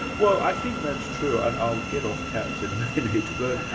well i think that's true, and i'll get off cats in a minute. but